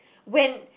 when